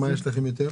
מה יש לכם יותר?